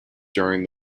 during